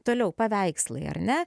toliau paveikslai ar ne